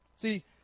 See